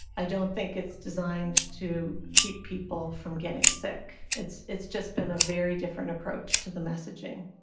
i don't think it's designed to keep people from getting sick. it's it's just been a very different approach to the messaging